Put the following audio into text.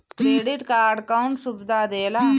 Credit card कौन सुबिधा देला?